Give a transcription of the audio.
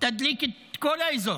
תדליק את כל האזור.